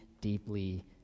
deeply